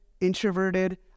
introverted